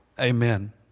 Amen